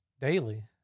daily